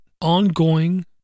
ongoing